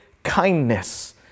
Kindness